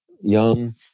young